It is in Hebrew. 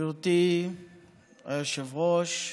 גברתי היושבת-ראש,